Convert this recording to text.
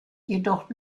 jedoch